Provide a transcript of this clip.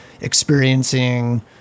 experiencing